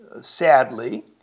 sadly